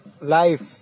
life